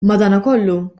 madankollu